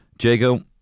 Jago